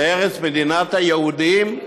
במדינת היהודים?